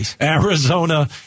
Arizona